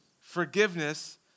forgiveness